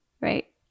Right